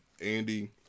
Andy